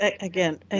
again